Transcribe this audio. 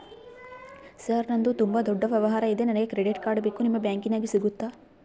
Sir ನಂದು ತುಂಬಾ ದೊಡ್ಡ ವ್ಯವಹಾರ ಇದೆ ನನಗೆ ಕ್ರೆಡಿಟ್ ಕಾರ್ಡ್ ಬೇಕು ನಿಮ್ಮ ಬ್ಯಾಂಕಿನ್ಯಾಗ ಸಿಗುತ್ತಾ?